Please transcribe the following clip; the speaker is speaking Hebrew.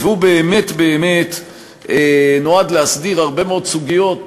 הוא באמת-באמת נועד להסדיר הרבה מאוד סוגיות,